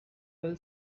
will